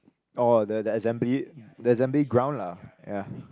oh the the assembly the assembly ground lah ya